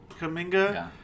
Kaminga